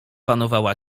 panowała